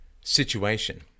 situation